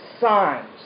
Signs